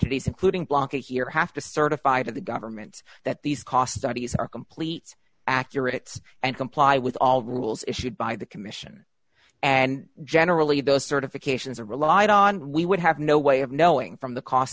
entities including blanket here have to certify to the government that these cost studies are complete accurate and comply with all rules issued by the commission and generally those certifications are relied on we would have no way of knowing from the cost